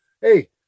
Hey